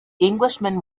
englishman